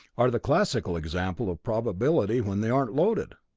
are the classical example of probability when they aren't loaded.